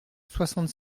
soixante